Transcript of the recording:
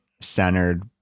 centered